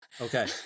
Okay